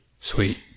Sweet